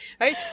Right